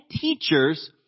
teachers